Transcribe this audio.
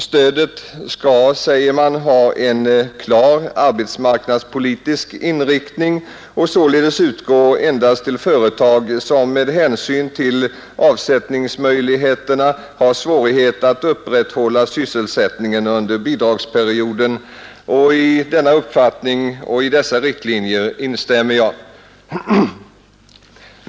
Stödet skall, säger man, ha en klart arbetsmarknadspolitisk inriktning och således utgå endast till företag som med hänsyn till avsättningsmöjligheterna har svårigheter att upprätthålla sysselsättningen under bidragsperioden, och i denna uppfattning och dessa riktlinjer instämmer jag.